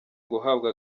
guhabwa